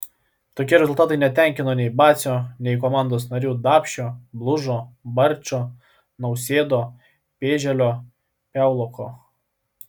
tokie rezultatai netenkino nei bacio nei komandos narių dapšio blužo barčo nausėdo pėželio piauloko